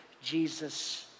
Jesus